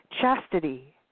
chastity